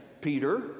Peter